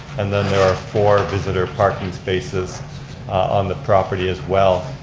and then there are four visitor parking spaces on the property as well.